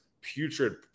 putrid